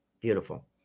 beautiful